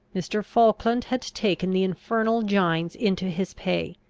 mr. falkland had taken the infernal gines into his pay,